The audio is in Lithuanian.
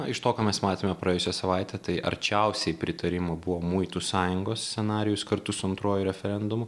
na iš to ką mes matėme praėjusią savaitę tai arčiausiai pritarimo buvo muitų sąjungos scenarijus kartu su antruoju referendumu